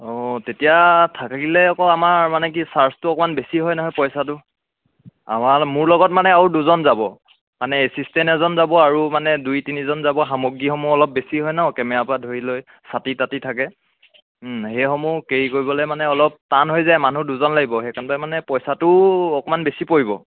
তেতিয়া থাকিলে আক' আমাৰ মানে কি চাৰ্জটো অকণমান বেছি হয় নহয় পইচাটো আমাৰ মোৰ লগত মানে আৰু দুজন যাব মানে এছিষ্টেণ্ট এজন যাব আৰু মানে দুই তিনিজন যাব সামগ্ৰীসমূহ অলপ বেছি হয় ন কেমেৰাপা ধৰি লৈ ছাতি তাতি থাকে সেইসমূহ কেৰি কৰিবলৈ মানে অলপ টান হৈ যায় মানুহ দুজন লাগিব সেইকানপাই মানে পইচাটোও অকণমান বেছি পৰিব